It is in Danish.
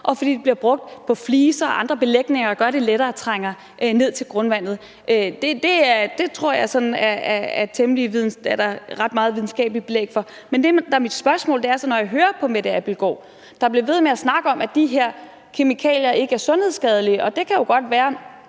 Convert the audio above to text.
og fordi det bliver brugt på fliser og andre belægninger, der gør, at det lettere trænger ned til grundvandet. Det tror jeg sådan der er ret meget videnskabeligt belæg for. Men det, der er mit spørgsmål, når jeg hører på fru Mette Abildgaard, der bliver ved med at snakke om, at de her kemikalier ikke er sundhedsskadelige – og det kan jo godt være,